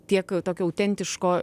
tiek tokio autentiško